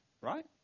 right